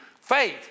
Faith